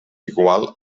igual